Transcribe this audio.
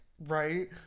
Right